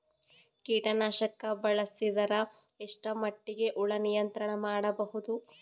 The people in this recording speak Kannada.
ಕೀಟನಾಶಕ ಬಳಸಿದರ ಎಷ್ಟ ಮಟ್ಟಿಗೆ ಹುಳ ನಿಯಂತ್ರಣ ಮಾಡಬಹುದು?